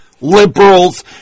liberals